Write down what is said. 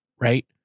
right